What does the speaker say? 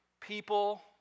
people